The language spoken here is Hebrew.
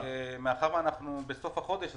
מאחר ואנחנו בסוף החודש,